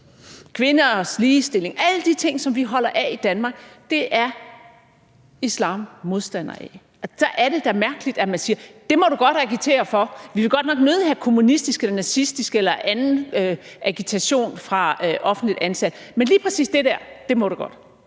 kvinders ligestilling. Alle de ting, som vi holder af i Danmark, er islam modstander af, og der er det da mærkeligt, at man siger: Det må du godt agitere for; vi vil godt nok nødig have kommunistisk eller nazistisk eller anden agitation fra offentligt ansatte, men lige præcis det dér må du godt.